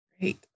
Great